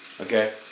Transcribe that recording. Okay